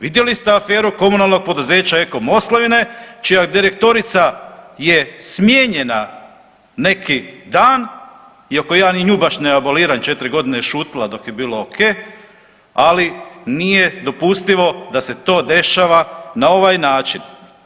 Vidjeli ste aferu komunalnog poduzeća Eko-Moslavine čija je direktorica je smijenjena neki dan, iako ja ni nju baš ne aboliram, 4 godine je šutila dok je bilo ok, ali nije dopustivo da se to dešava na ovaj način.